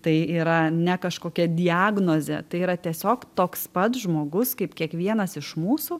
tai yra ne kažkokia diagnozė tai yra tiesiog toks pat žmogus kaip kiekvienas iš mūsų